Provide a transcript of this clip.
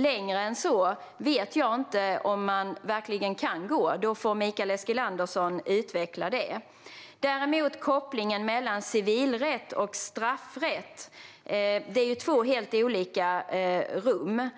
Längre än så vet jag inte om man verkligen kan gå; då får Mikael Eskilandersson utveckla det. När det däremot gäller kopplingen mellan civilrätt och straffrätt är det två helt olika rum.